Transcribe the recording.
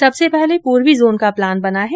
सबसे पहले पूर्वी जोन का प्लान बना है